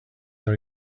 they